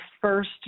first